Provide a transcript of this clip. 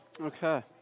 Okay